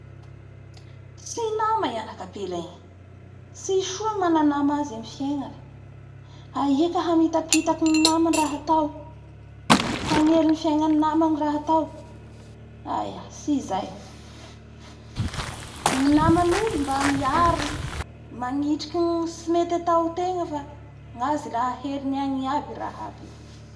Nama ratsy tagnamiko hanao hatramizay henaniky zao iaho tofoky e, tsy vita koa ny hinama aminao ka ravay hatreto ny filongoa.